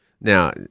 Now